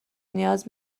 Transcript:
نیاز